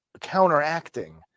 counteracting